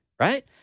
right